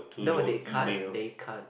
no they can't they can't